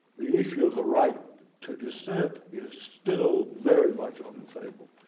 the issue of the right to dissent is still very much on the table.